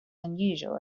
unusual